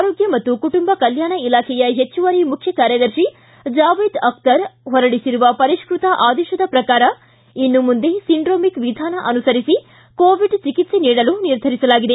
ಆರೋಗ್ಯ ಮತ್ತು ಕುಟುಂಬ ಕಲ್ಯಾಣ ಇಲಾಖೆಯ ಪೆಚ್ಚುವರಿ ಮುಖ್ಯ ಕಾರ್ಯದರ್ಶಿ ಜಾವೇದ್ ಅಖ್ತರ್ ಅವರು ಹೊರಡಿಸಿರುವ ಪರಿಷ್ಟಕ ಆದೇಶದ ಪ್ರಕಾರ ಇನ್ನು ಮುಂದೆ ಸಿಂಡ್ರೋಮಿಕ್ ವಿಧಾನ ಅನುಸರಿಸಿ ಕೋವಿಡ್ ಚಿಕಿತ್ಸೆ ನೀಡಲು ನಿರ್ಧರಿಸಲಾಗಿದೆ